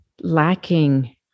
lacking